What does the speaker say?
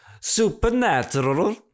Supernatural